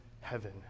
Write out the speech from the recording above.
heaven